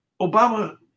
Obama